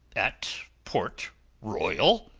at port royal?